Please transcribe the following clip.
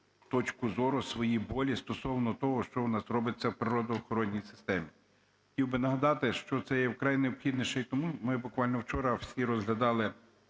точку зору, свої болі стосовно того, що в нас робиться в природоохоронній системі. Хотів би нагадати, що це є вкрай необхідно ще і тому, ми буквально вчора всі розглядали